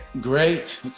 Great